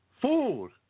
Food